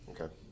Okay